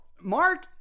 Mark